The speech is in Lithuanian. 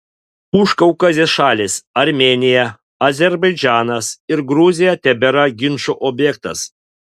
užkaukazės šalys armėnija azerbaidžanas ir gruzija tebėra ginčų objektas